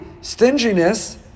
stinginess